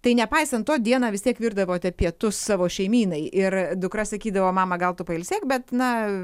tai nepaisant to dieną vis tiek virdavote pietus savo šeimynai ir dukra sakydavo mama gal tu pailsėk bet na